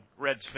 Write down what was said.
Reds